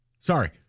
Sorry